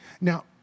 Now